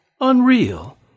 Unreal